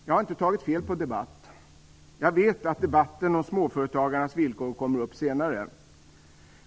Jag har inte tagit fel på debatt. Jag vet att debatten om småföretagarnas villkor kommer senare.